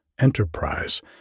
enterprise